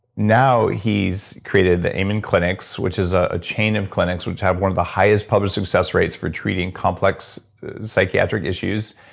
now he's created the amen clinics which is a chain of clinics, which have one of the highest probably success rates for treating complex psychiatric issues.